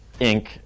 Inc